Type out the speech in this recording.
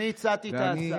אני הצעתי את ההצעה.